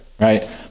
right